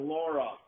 Laura